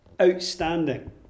Outstanding